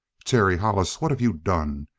terry hollis, what have you done?